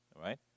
Right